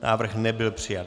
Návrh nebyl přijat.